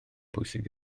bwysig